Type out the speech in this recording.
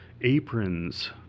aprons